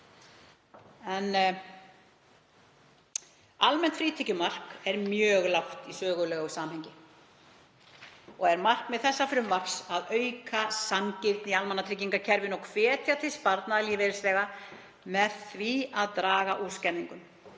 Almennt frítekjumark er mjög lágt í sögulegu samhengi og er markmið þessa frumvarps að auka sanngirni í almannatryggingakerfinu og hvetja til sparnaðar lífeyrisþega með því að draga úr skerðingum.